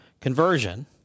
Conversion